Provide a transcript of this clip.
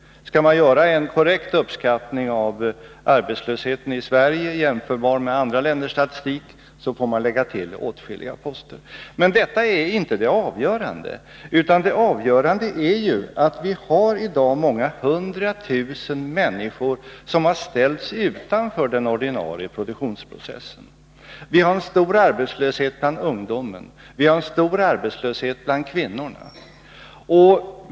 Skall man göra en korrekt uppskattning av arbetslösheten i Sverige jämförbar med andra länders statistik, får man lägga till åtskilliga poster. Detta är dock inte det avgörande, utan det avgörande är att vi i dag har många hundra tusen människor, som ställts utanför den ordinarie produktionsprocessen. Vi har en stor arbetslöshet bland ungdomen och bland kvinnorna.